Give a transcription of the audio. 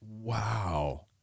Wow